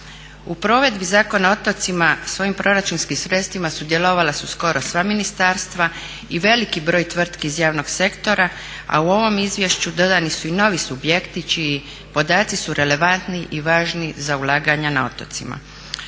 U provedbi Zakona o otocima svojim proračunskim sredstvima sudjelovala su skoro sva ministarstva i veliki broj tvrtki iz javnog sektora, a u ovom izvješću dodani su i novi subjekti čiji podaci su relevantni i važni za ulaganja na otocima.